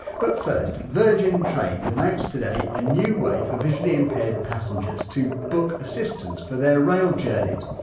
but first, virgin trains announced today a new way for visually impaired passengers to book assistance for their rail journeys.